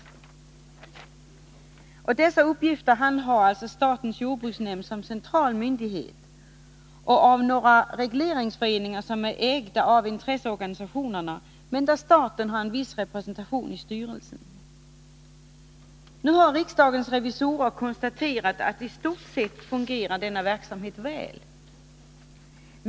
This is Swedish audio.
Dessa marknadsreglerande uppgifter handhas av statens jordbruksnämnd som central myndighet och av några regleringsföreningar som är ägda av intresseorganisationerna men där staten har en viss representation i styrelsen. Nu har riksdagens revisorer konstaterat att denna verksamhet i stort sätt fungerar väl.